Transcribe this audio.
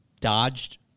dodged